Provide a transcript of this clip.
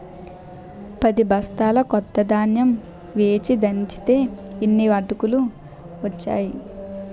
పదిబొస్తాల కొత్త ధాన్యం వేచి దంచితే యిన్ని అటుకులు ఒచ్చేయి